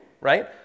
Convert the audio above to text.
right